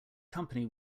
company